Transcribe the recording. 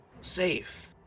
safe